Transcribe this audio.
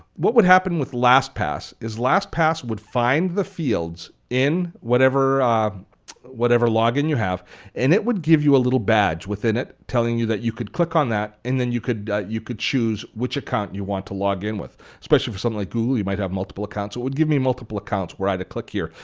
what would happen with lastpass is lastpass would find the fields in whatever whatever log-in you have and it will give you a little badge within it telling you that you could click on that and then you could you could choose which account you want to log in with, especially with something like google you might have multiple accounts, it would give me multiple accounts when i'd click here.